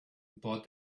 bought